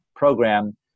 program